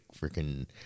freaking